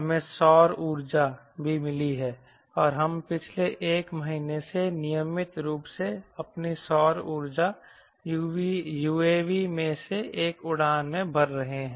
हमें सौर ऊर्जा भी मिली है और हम पिछले एक महीने से नियमित रूप से अपनी सौर ऊर्जा UAV में से एक में उड़ान भर रहे हैं